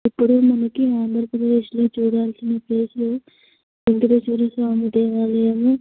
ఇప్పుడు మనకి ఆంధ్రప్రదేశ్లో చూడవలసిన ప్లేసులు ముందుగా చూడవలసిన దేవాలయము